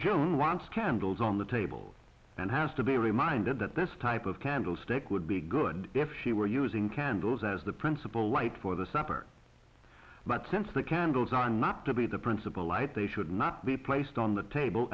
june wants candles on the table and has to be reminded that this type of candlestick would be good if she were using candles as the principal light for the supper but since the candles are not to be the principal light they should not be placed on the table